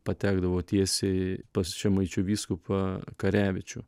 patekdavo tiesiai pas žemaičių vyskupą karevičių